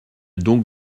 donc